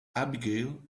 abigail